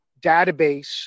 database